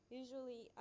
usually